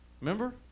remember